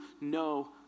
no